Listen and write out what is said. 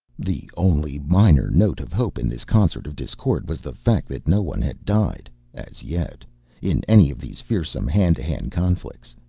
the only minor note of hope in this concert of discord was the fact that no one had died as yet in any of these fearsome hand-to-hand conflicts.